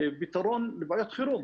פתרון למקרי חירום